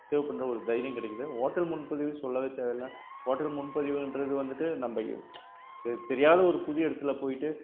save பண்ணுற ஒரு தையிரியோம் கிடைக்கிது ஓட்டல் முன்பதிவு சொல்லவே தேவை இல்லை ஓட்டல் முன்பதிவுன்றது வந்துவிட்டு நம்ப தெரியாத ஒரு புது இடத்துல போயிவிட்டு